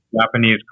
Japanese